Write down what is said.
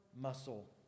muscle